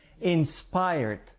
inspired